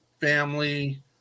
family